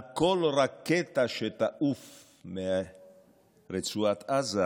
על כל רקטה שתעוף מרצועת עזה